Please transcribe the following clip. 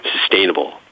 sustainable